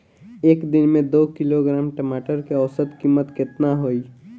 एक दिन में दो किलोग्राम टमाटर के औसत कीमत केतना होइ?